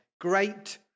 Great